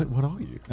what are you?